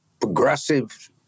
progressive